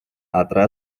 atrae